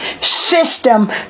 system